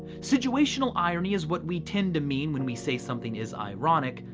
situational irony is what we tend to mean when we say something is ironic.